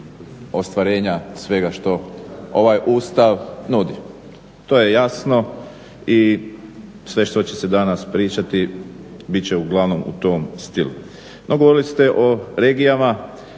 ostvarenja svega što ovaj Ustav nudi. To je jasno i sve što će se danas pričati bit će uglavnom u tom stilu. No govorili ste o regijama